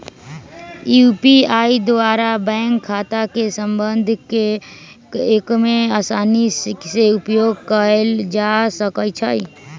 UPI द्वारा bank खता के संबद्ध कऽ के असानी से उपयोग कयल जा सकइ छै